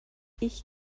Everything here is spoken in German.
ich